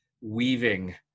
weaving